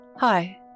Hi